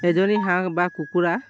এজনী হাঁহ বা কুকুৰা